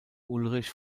ulrich